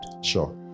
sure